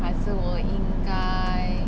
还是我应该